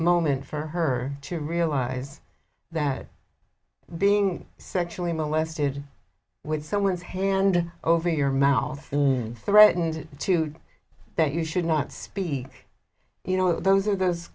moment for her to realize that being sexually molested with someone's hand over your mouth threatened to do that you should not speak you know those are those